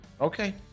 Okay